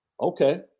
Okay